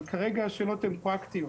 אבל כרגע השאלות הן פרקטיות.